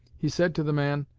he said to the man,